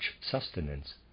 sustenance